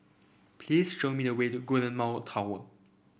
please show me the way to Golden Mile Tower